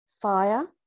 fire